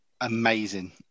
amazing